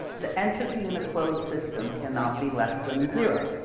the entropy in a closed system cannot be less than zero.